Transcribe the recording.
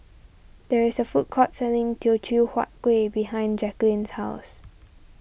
there is a food court selling Teochew Huat Kuih behind Jacquelin's house